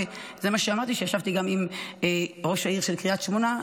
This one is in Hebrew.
וזה מה שאמרתי כשישבתי גם עם ראש העיר של קריית שמונה,